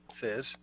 says